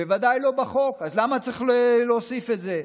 בוודאי לא בחוק, אז למה צריך להוסיף את זה?